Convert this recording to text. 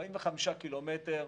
45 קילומטר,